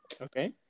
okay